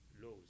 laws